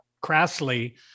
crassly